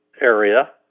area